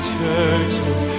churches